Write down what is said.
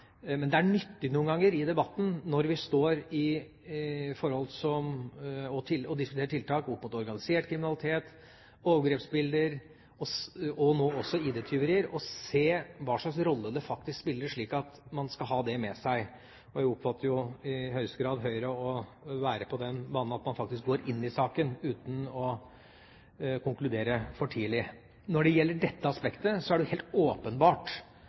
Men jeg er fullstendig klar over at her er meningene delte, og at det finnes personvernmessige betraktninger opp mot datalagringsdirektivet – jeg bare understreker det. Det er imidlertid nyttig noen ganger i debatten når vi diskuterer tiltak opp mot organisert kriminalitet, overgrepsbilder, og nå også ID-tyverier, å se hva slags rolle det faktisk spiller, slik at man skal ha det med seg, og jeg oppfatter jo i høyeste grad Høyre å være på den banen at man faktisk går inn i saken, uten å konkludere for tidlig. Når det gjelder dette